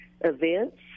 events